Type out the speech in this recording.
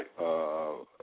Right